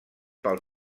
pel